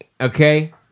Okay